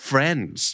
Friends